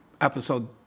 episode